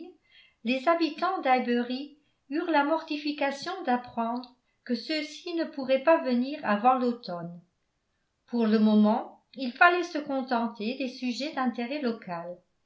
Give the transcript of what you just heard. les habitants d'highbury eurent la mortification d'apprendre que ceux-ci ne pourraient pas venir avant l'automne pour le moment il fallait se contenter des sujets d'intérêt local